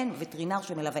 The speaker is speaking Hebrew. אין וטרינר שמלווה.